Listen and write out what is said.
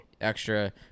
extra